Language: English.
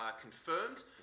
confirmed